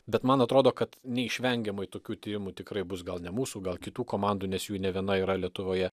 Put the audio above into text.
bet man atrodo kad neišvengiamai tokių tyrimų tikrai bus gal ne mūsų gal kitų komandų nes jų ne viena yra lietuvoje